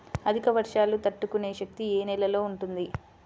అధిక వర్షాలు తట్టుకునే శక్తి ఏ నేలలో ఉంటుంది?